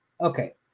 okay